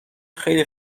خیلی